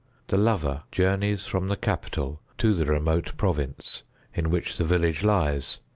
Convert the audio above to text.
the lover journeys from the capital to the remote province in which the village lies,